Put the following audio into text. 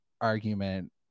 argument